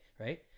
right